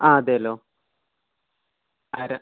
ആ അതെല്ലോ ആരാണ്